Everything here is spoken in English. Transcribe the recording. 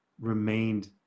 remained